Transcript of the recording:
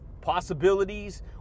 Possibilities